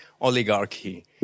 oligarchy